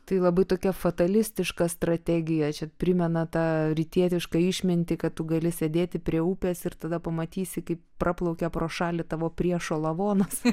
tai labai tokia fatalistiška strategija čia primena tą rytietišką išmintį kad tu gali sėdėti prie upės ir tada pamatysi kaip praplaukia pro šalį tavo priešo lavonas